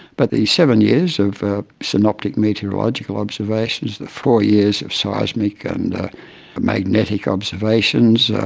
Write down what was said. but the seven years of synoptic meteorological observations, the four years of seismic and magnetic observations,